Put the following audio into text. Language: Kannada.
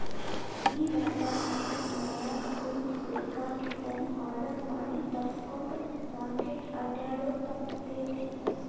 ಈ ವ್ಯಾಪಾರ್ದಾಗ ಮನ್ಯಾಗ ಕುಂತು ಬೆಕಾಗಿದ್ದನ್ನ ಆರ್ಡರ್ ಮಾಡಿ ತರ್ಸ್ಕೊಂಡ್ರ್ ಮಾರ್ಕೆಟ್ ಅಡ್ಡ್ಯಾಡೊದು ತಪ್ತೇತಿ